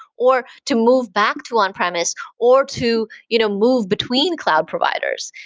or to move back to on premise or to you know move between cloud providers,